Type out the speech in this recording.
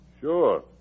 Sure